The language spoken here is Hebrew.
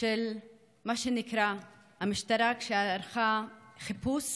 של מה שנקרא, המשטרה שערכה חיפוש